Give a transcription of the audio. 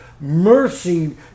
mercy